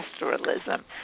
pastoralism